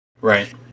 Right